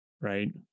right